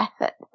effort